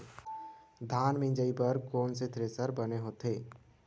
धान मिंजई बर कोन से थ्रेसर बने होथे?